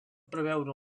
preveure